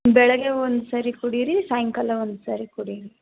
ಬೆಳಗ್ಗೆ ಒಂದ್ಸರಿ ಕುಡಿಯಿರಿ ಸಾಯಂಕಾಲ ಒಂದ್ಸಾರಿ ಕುಡಿಯಿರಿ